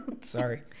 Sorry